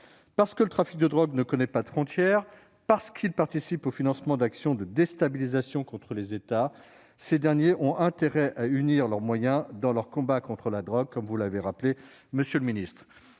Parce que le trafic de drogue ne connaît pas de frontières, parce qu'il participe au financement d'actions de déstabilisation contre les États, ces derniers ont intérêt à unir leurs moyens dans leur combat contre la drogue, comme M. le secrétaire